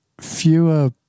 fewer